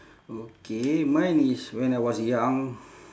okay mine is when I was young